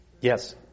Yes